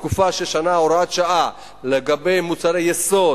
לתקופה של שנה, הוראת שעה, לגבי מוצרי יסוד